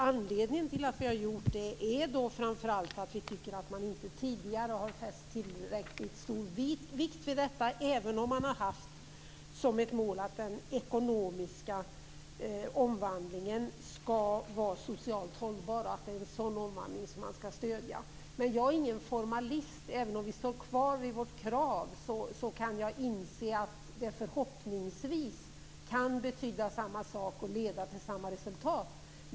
Anledningen till det är framför allt att vi tycker att man inte tidigare har fäst tillräckligt stor vikt vid detta, även om man har haft som mål att den ekonomiska omvandlingen skall vara socialt hållbar och att det är en sådan omvandling man skall stödja. Men jag är inte någon formalist. Även om vi står kvar vid vårt krav kan jag inse att det förhoppningsvis kan betyda samma sak och leda till samma resultat.